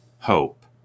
hope